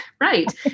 right